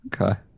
Okay